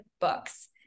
books